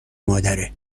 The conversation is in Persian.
مادره